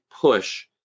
push